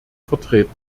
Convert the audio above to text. vertreten